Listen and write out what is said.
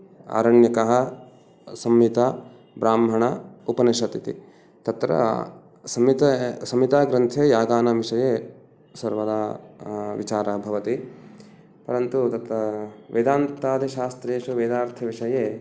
आरण्यकम् संहिता ब्राह्मणम् उपनिषत् इति तत्र संहिते संहिताग्रन्थे यागानां विषये सर्वदा विचारः भवति परन्तु तत् वेदान्तादिशास्त्रेषु वेदार्थविषये